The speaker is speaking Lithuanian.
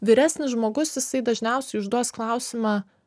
vyresnis žmogus jisai dažniausiai užduos klausimą